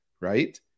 right